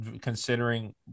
considering